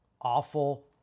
awful